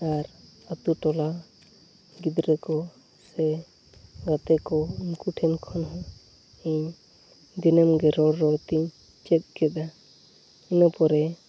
ᱟᱨ ᱟᱛᱳᱼᱴᱚᱞᱟ ᱜᱤᱫᱽᱨᱟᱹᱠᱚ ᱥᱮ ᱜᱟᱛᱮᱠᱚ ᱩᱱᱠᱩ ᱴᱷᱮᱱᱠᱷᱚᱱᱦᱚᱸ ᱤᱧ ᱫᱤᱱᱟᱹᱢᱜᱮ ᱨᱚᱲᱼᱨᱚᱲᱛᱤᱧ ᱪᱮᱫ ᱠᱮᱫᱟ ᱤᱱᱟᱹ ᱯᱚᱨᱮ